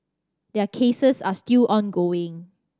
their cases are still ongoing